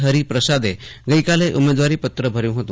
હરિપ્રસાદે ગઈકાલે ઉમેદવારીપત્ર ભર્યું છે